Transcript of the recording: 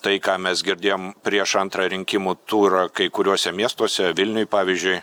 tai ką mes girdėjom prieš antrą rinkimų turą kai kuriuose miestuose vilniuj pavyzdžiui